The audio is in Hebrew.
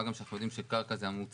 מה גם שאנחנו יודעים שקרקע זה המוצר